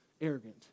arrogant